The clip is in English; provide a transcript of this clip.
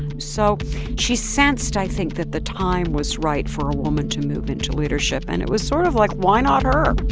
so she sensed, i think, that the time was right for a woman to move into leadership, and it was sort of like, why not her?